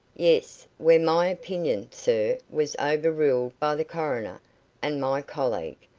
yes, where my opinion, sir, was overruled by the coroner and my colleague,